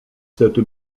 cette